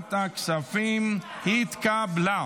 לוועדת הכספים נתקבלה.